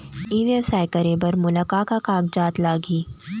ई व्यवसाय करे बर मोला का का कागजात लागही?